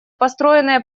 построенные